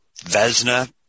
Vesna